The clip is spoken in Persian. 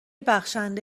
بخشنده